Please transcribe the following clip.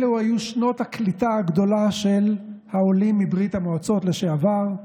אלו היו שנות הקליטה הגדולה של העולים מברית המועצות לשעבר,